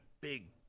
big